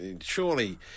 surely